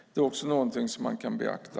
Det är också någonting som man kan beakta.